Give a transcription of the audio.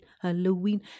Halloween